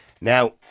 Now